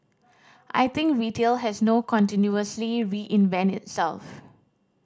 I think retail has no continuously reinvent itself